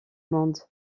monde